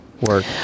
work